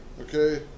Okay